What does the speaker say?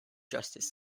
justice